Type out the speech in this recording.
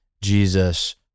Jesus